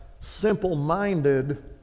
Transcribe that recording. simple-minded